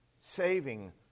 Saving